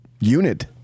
unit